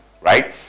right